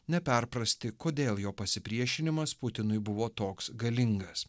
neperprasti kodėl jo pasipriešinimas putinui buvo toks galingas